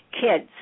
kids